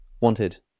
wanted